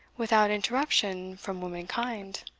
without interruption from womankind.